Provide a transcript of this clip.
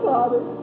Father